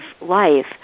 life